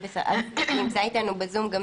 אני בא לפה גם